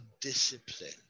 discipline